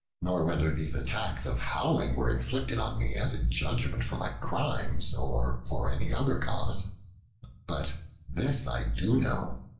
nor whether these attacks of howling were inflicted on me as a judgment for my crimes, or for any other cause but this i do know,